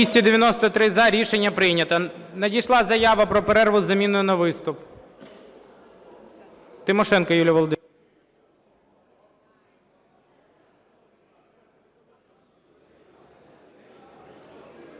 За-293 Рішення прийнято. Надійшла заява про перерву із заміною на виступ. Тимошенко Юлія Володимирівна.